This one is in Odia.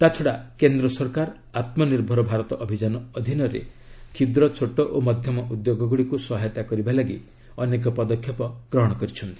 ତା'ଛଡା କେନ୍ଦ ସରକାର ଆତ୍ମନିର୍ଭର ଭାରତ ଅଭିଯାନ ଅଧୀନରେ କ୍ଷୁଦ୍ର ଛୋଟ ଓ ମଧ୍ୟମ ଉଦ୍ୟୋଗ ଗୁଡ଼ିକୁ ସହାୟତା କରିବା ଲାଗି ଅନେକ ପଦକ୍ଷେପ ଗ୍ହହଣ କରିଛନ୍ତି